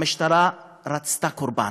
המשטרה רצתה קורבן,